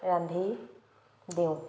ৰান্ধি দিওঁ